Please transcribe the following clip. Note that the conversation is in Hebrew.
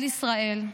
על ישראל.